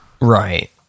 Right